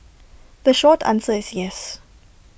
the short answer is yes